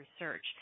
research